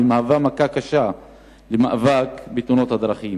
ומהווה מכה קשה למאבק בתאונות הדרכים.